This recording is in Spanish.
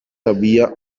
había